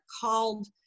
called